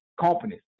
companies